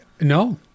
No